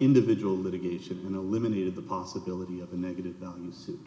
individual litigation and eliminated the possibility of a negative suit